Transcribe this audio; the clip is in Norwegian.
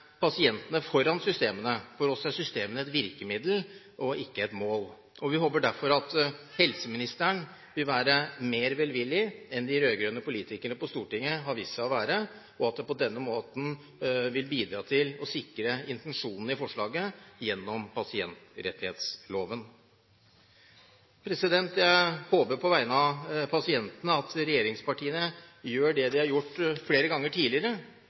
pasientene foran systemene. For oss er systemene et virkemiddel og ikke et mål. Vi håper derfor at helseministeren vil være mer velvillig enn de rød-grønne politikerne på Stortinget har vist seg å være, og på den måten vil bidra til å sikre intensjonene i forslaget gjennom pasientrettighetsloven. Jeg håper på vegne av pasientene at regjeringspartiene gjør det de har gjort flere ganger tidligere,